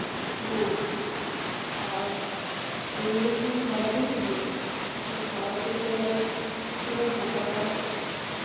ᱦᱮᱸ ᱟᱨ ᱢᱤᱫ ᱫᱤᱱ ᱥᱟᱨᱟᱫᱤᱱ ᱛᱟᱦᱮᱱᱟ ᱛᱚ ᱥᱟᱨᱟᱫᱤᱱ ᱛᱟᱦᱮᱸ ᱨᱮ ᱛᱤᱱᱟᱹᱜ ᱮᱢ ᱦᱟᱛᱟᱣᱟ